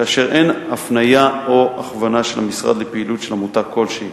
כאשר אין הפניה או הכוונה של המשרד לפעילות של עמותה כלשהי.